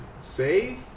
say